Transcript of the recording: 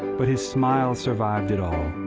but his smile survived it all,